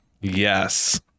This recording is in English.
Yes